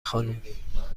خانم